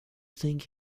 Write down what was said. think